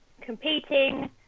competing